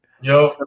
Yo